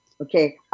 Okay